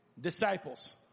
disciples